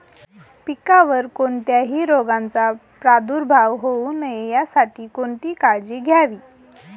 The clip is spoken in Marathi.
पिकावर कोणत्याही रोगाचा प्रादुर्भाव होऊ नये यासाठी कोणती काळजी घ्यावी?